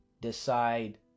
decide